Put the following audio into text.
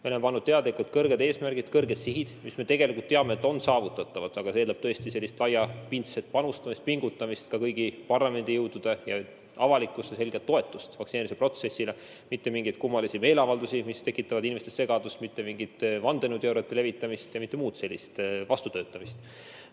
Me oleme seadnud teadlikult kõrged eesmärgid, kõrged sihid, mille kohta me tegelikult teame, et need on saavutatavad, aga see eeldab tõesti sellist laiapindset panustamist, pingutamist, ka kõigilt parlamendijõududelt. Ja see nõuab avalikkuse selget toetust vaktsineerimisprotsessile, mitte mingeid kummalisi meeleavaldusi, mis tekitavad inimestes segadust, mitte mingit vandenõuteooriate levitamist ja muud sellist vastutöötamist.